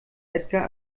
edgar